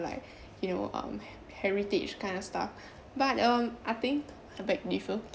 like you know um he~ heritage kind of stuff but um I think I beg to differ